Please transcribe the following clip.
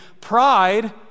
pride